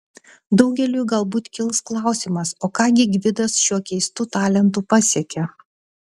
daugeliui galbūt kils klausimas o ką gi gvidas šiuo keistu talentu pasiekė